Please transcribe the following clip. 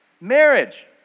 Marriage